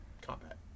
combat